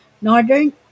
Northern